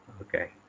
Okay